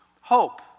Hope